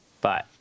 Bye